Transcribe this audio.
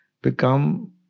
become